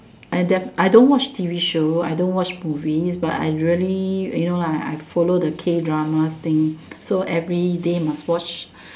I deaf don't watch watch T_V show I don't watch movies but I really you know like I follow the K drama thing so everyday must watch